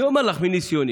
אני אומר לך מניסיוני,